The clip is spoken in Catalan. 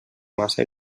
massa